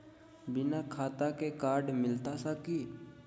बिना खाता के कार्ड मिलता सकी?